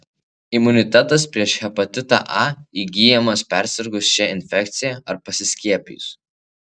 imunitetas prieš hepatitą a įgyjamas persirgus šia infekcija ar pasiskiepijus